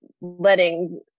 letting